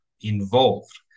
involved